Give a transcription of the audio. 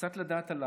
קצת לדעת.